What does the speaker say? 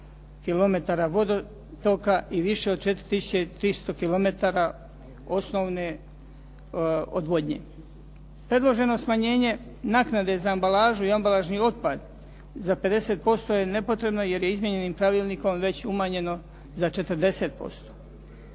vodotoka i više od 4 tisuće 300 kilometara osnovne odvodnje. Predloženo smanjenje naknade za ambalažu i ambalažni otpad za 50% je nepotrebno jer je izmijenjenim pravilnikom već umanjeno za 40%.